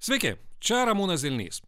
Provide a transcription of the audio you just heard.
sveiki čia ramūnas zilnys